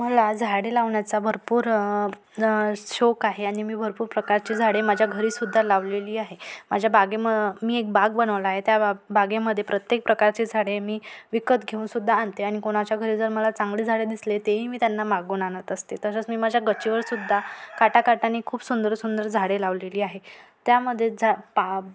मला झाडे लावण्याचा भरपूर शोक आहे आणि मी भरपूर प्रकारची झाडे माझ्या घरीसुद्धा लावलेली आहे माझ्या बागेम मी एक बाग बनवला आहे त्या बा बागेमध्ये प्रत्येक प्रकारचे झाडे मी विकत घेऊनसुद्धा आणते आणि कोणाच्या घरी जर मला चांगली झाडे दिसले तेही मी त्यांना मागून आणत असते तसंच मी माझ्या गच्चीवरसुद्धा काठाकाठाने खूप सुंदर सुंदर झाडे लावलेली आहे त्यामध्ये जा पा